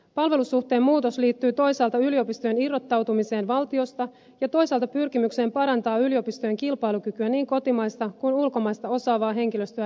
palvelussuhteen muutos liittyy toisaalta yliopistojen irrottautumiseen valtiosta ja toisaalta pyrkimykseen parantaa yliopistojen kilpailukykyä niin kotimaista kuin ulkomaista osaavaa henkilöstöä rekrytoidessaan